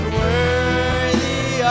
worthy